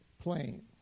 plane